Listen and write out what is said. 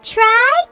Try